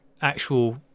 actual